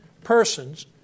persons